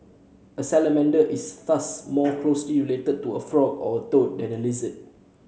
a salamander is thus more closely related to a frog or a toad than a lizard